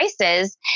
prices